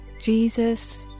Jesus